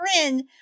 friend